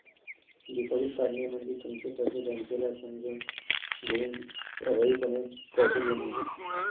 deposit काढणे म्हणजे तुमचे पैसे बँकेला समजून घेऊन प्रभावीपणे कर्ज देणे